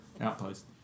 Outpost